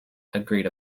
agreed